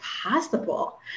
possible